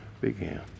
began